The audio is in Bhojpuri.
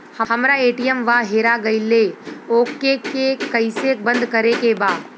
हमरा ए.टी.एम वा हेरा गइल ओ के के कैसे बंद करे के बा?